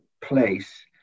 place